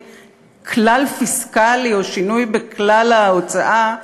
"כלל פיסקלי" או "שינוי בכלל ההוצאה",